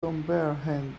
comprehend